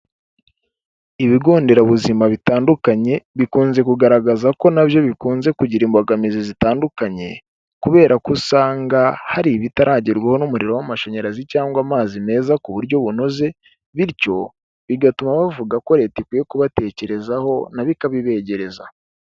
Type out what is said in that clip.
Ibigo nderabuzima bitandukanye bikunze kugaragaza ko na byo bikunze kugira imbogamizi zitandukanye kubera ko usanga hari ibitaragerwaho n'umuriro w'amashanyarazi cyangwa amazi meza ku buryo bunoze, bityo bigatuma bavuga ko leta ikwiye kubatekerezaho na yo ikabibegereza.